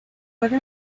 puede